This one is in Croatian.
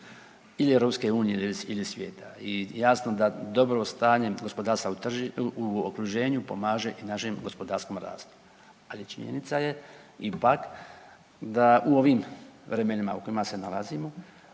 ili EU ili svijeta i jasno da dobro stanje gospodarstva u okruženju pomaže i našem gospodarskom rastu. Ali činjenica je ipak da u ovim vremenima u kojima se nalazimo